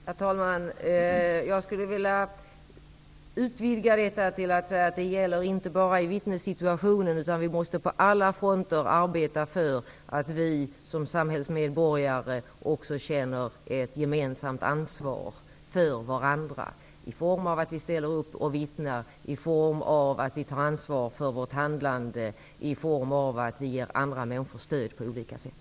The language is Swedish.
Herr talman! Jag skulle vilja utvidga detta till att säga att det inte gäller bara i vittnessituationen utan att vi på alla fronter måste arbeta för att vi som samhällsmedborgare också känner ett gemensamt ansvar för varandra i form av att vi ställer upp och vittnar, i form av att vi tar ansvar för vårt handlande och i form av att vi ger andra människor stöd på olika sätt.